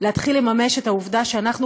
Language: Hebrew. להתחיל לממש את העובדה שאנחנו,